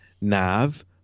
Nav